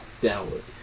downward